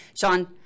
Sean